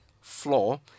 floor